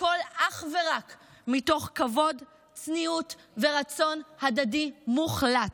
הכול אך ורק מתוך כבוד, צניעות ורצון הדדי מוחלט.